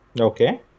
Okay